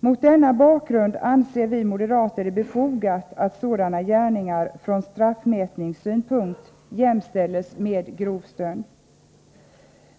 Mot denna bakgrund anser vi moderater det vara befogat att sådana gärningar från straffmätningssynpunkt jämställs med grov stöld.